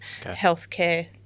healthcare